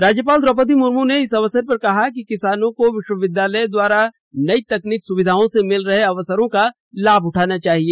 राज्यपाल द्रौपदी मुर्मू ने इस अवसर पर कहा कि किसानों को विश्वविद्यालयों द्वारा नई तकनीकी सुविधाओं से मिल रहे अवसरों का लाभ उठाना चाहिए